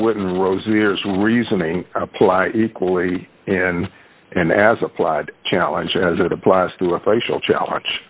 years reasoning apply equally and and as applied challenge as it applies to a facial challenge